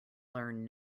learn